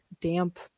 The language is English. damp